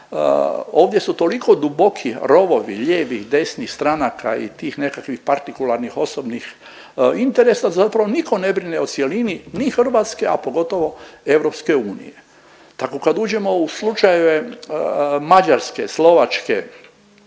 ovdje su toliko duboki rovovi ljevi, desni, stranaka i tih nekakvih partikularnih osobnih interesa, zapravo niko ne brine o cjelini ni Hrvatske, a pogotovo EU. Tako kad uđemo u slučajeve Mađarske, Slovačke,